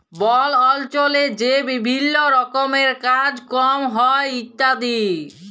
বল অল্চলে যে বিভিল্ল্য রকমের কাজ কম হ্যয় ইত্যাদি